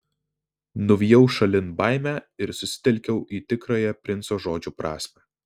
nuvijau šalin baimę ir susitelkiau į tikrąją princo žodžių prasmę